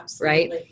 right